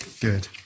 Good